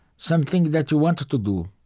something that you want to to do